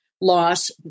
loss